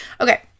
Okay